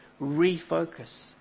refocus